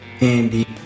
Andy